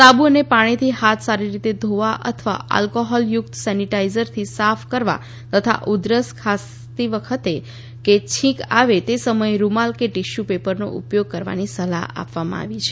સાબુ અને પાણીથી હાથ સારી રીતે ધોવા અથવા અલ્કોહોલયુક્ત સેનિટાઈઝરથી સાફ કરવા તથા ઉધરસ ખાતી વખતે કે છીંક આવે તે સમયે રૂમાલ કે ટિશ્યુ પેપરનો ઉપયોગ કરવાની સલાહ આપવામાં આવી છે